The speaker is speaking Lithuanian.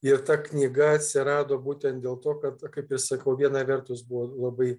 ir ta knyga atsirado būtent dėl to kad kaip ir sakau viena vertus buvo labai